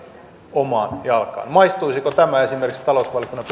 omaan jalkaan maistuisiko tämä esimerkiksi talousvaliokunnan